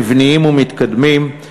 שינויים מבניים ומתקדמים,